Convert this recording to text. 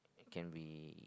can be